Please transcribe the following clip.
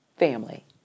family